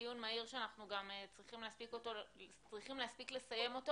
בדיון מהיר ואנחנו צריכים להספיק לסיים אותו